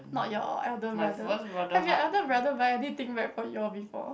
not your elder brother have your elder brother buy anything back for you all before